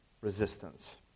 resistance